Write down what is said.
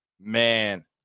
Man